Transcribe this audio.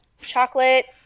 chocolate